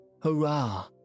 Hurrah